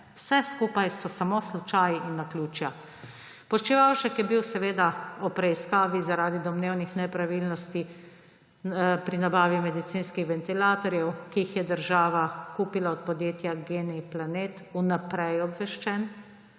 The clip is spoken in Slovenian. Vse skupaj so samo slučaji in naključja. Počivalšek je bil seveda o preiskavi zaradi domnevnih nepravilnosti pri nabavi medicinskih ventilatorjev, ki jih je država kupila od podjetja Geneplanet, vnaprej obveščen